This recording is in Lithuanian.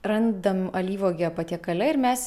randam alyvuogę patiekale ir mes